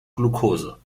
glukose